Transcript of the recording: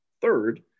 third